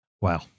wow